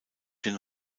den